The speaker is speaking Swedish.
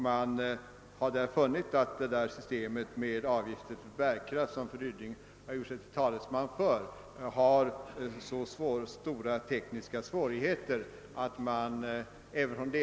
Man har då funnit att systemet med avgift efter bärkraft, som fru Ryding gjort sig till talesman för, medför så stora tekniska svårigheter att inte ens de mindre tidningarna velat tillstyrka det.